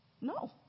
No